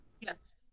Yes